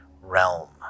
realm